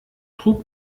trug